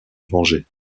venger